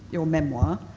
your memoir.